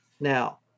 Now